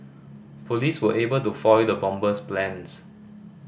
police were able to foil the bomber's plans